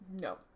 no